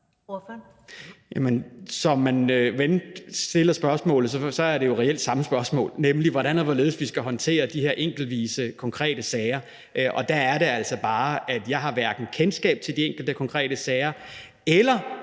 man end stiller spørgsmålet, er det jo reelt det samme spørgsmål, nemlig hvordan og hvorledes vi skal håndtere de her enkeltvise, konkrete sager, og der er det altså bare, at jeg hverken har kendskab til de enkelte konkrete sager eller